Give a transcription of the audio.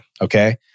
Okay